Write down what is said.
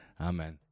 Amen